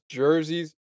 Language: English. jerseys